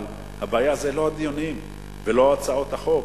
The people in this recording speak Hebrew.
אבל הבעיה זה לא הדיונים ולא הצעות החוק.